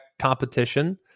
competition